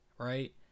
right